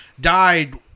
died